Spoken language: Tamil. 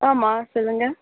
ஆமாம் சொல்லுங்க